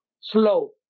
slow